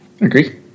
Agree